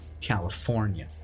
California